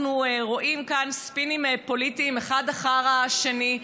אנחנו רואים כאן ספינים פוליטיים אחד אחר השני,